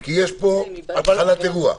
כי יש פה התחלת אירוע.